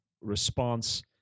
response